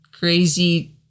crazy